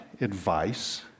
advice